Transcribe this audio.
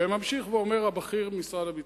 וממשיך ואומר הבכיר במשרד הביטחון,